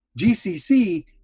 GCC